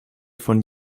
von